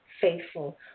Faithful